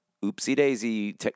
Oopsie-daisy